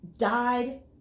died